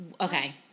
Okay